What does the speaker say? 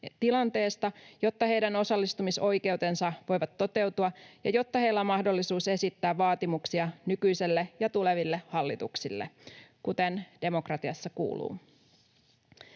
tilanteesta, jotta heidän osallistumisoikeutensa voivat toteutua ja jotta heillä on mahdollisuus esittää vaatimuksia nykyiselle ja tuleville hallituksille, kuten demokratiassa kuuluu.